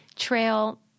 Trail